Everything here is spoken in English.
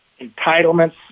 entitlements